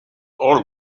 old